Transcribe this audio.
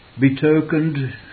betokened